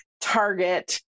target